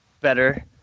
better